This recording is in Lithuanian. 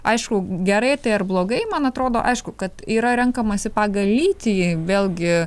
aišku gerai tai ar blogai man atrodo aišku kad yra renkamasi pagal lytį vėlgi